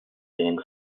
being